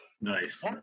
Nice